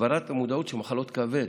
הגברת המודעות למחלות כבד,